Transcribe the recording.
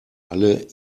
alle